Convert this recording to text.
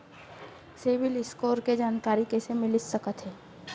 CIBIL score के जानकारी कइसे मिलिस सकथे?